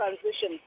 transition